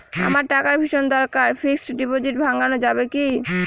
আমার টাকার ভীষণ দরকার ফিক্সট ডিপোজিট ভাঙ্গানো যাবে কি?